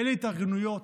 אילו התארגנויות,